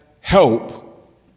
help